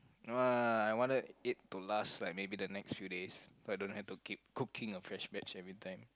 [wah] I want to it to last like maybe the next few days so I don't have to keep cooking a fresh batch everything